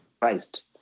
Christ